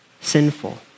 sinful